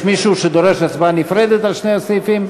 יש מישהו שדורש הצבעה נפרדת על שני הסעיפים?